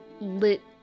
lit